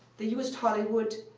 they used hollywood,